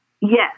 Yes